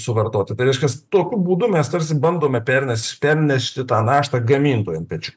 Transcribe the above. suvartoti tai reiškias tokiu būdu mes tarsi bandome perneš pernešti tą naštą gamintojam ant pečių